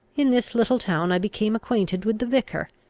in this little town i became acquainted with the vicar,